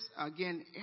again